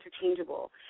interchangeable